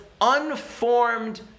unformed